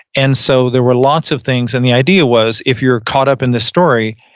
and so, there were lots of things. and the idea was if you're caught up in this story,